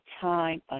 time